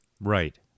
right